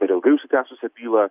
per ilgai užsitęsusią bylą